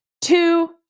Two